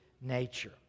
nature